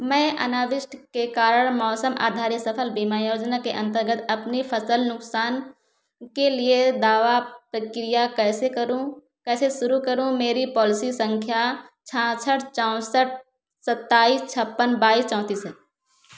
मैं अनावृष्ट के कारण मौसम आधार्य सफल बीमा योजना के अंतर्गत अपनी फसल नुकसान के लिए दावा प्रक्रिया कैसे करूँ कैसे शुरू करूँ मेरी पॉलिसी संख्या छियासठ चौंसठ सत्ताईस छप्पन बाईस चौंतीस है